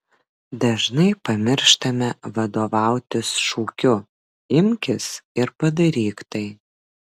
dažnai pamirštame vadovautis šūkiu imkis ir padaryk tai